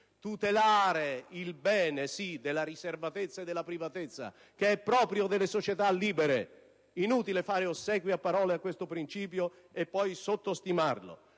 tutelare il bene della riservatezza e della privatezza, che è proprio delle società libere (è inutile fare ossequio a parole a questo principio e poi sottostimarlo)